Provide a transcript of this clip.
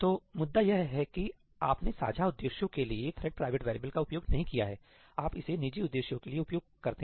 तो मुद्दा यह है कि आपने साझा उद्देश्यों के लिए थ्रेड प्राइवेट वेरिएबल का उपयोग नहीं किया है आप इसे निजी उद्देश्यों के लिए उपयोग करते हैं